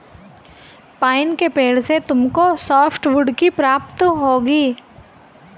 pine के पेड़ से तुमको सॉफ्टवुड की प्राप्ति होगी